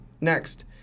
next